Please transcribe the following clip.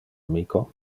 amico